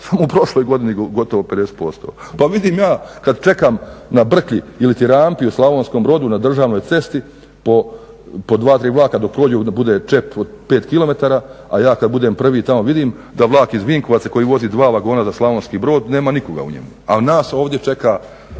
samo u prošloj godini gotovo 50% Pa vidim ja kada čekam na brklji ili ti rampi u Slavonskom Brodu na državnoj cesti po 2, 3 vlaka da prođu, onda bude čep od 5km, a ja kada budem prvi tamo vidim da vlak iz Vinkovaca koji vozi dva vagona za slavonski brod nema nikoga u njemu a nas ovdje čeka